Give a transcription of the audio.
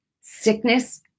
sickness